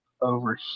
over